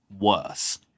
worse